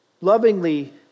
Lovingly